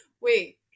Wait